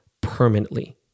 permanently